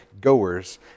goers